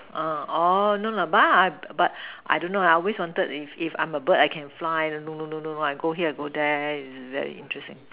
uh orh no no but but I don't know ah I always wanted if if I'm a bird I can fly no no no no I go here and go there is very interesting